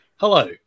Hello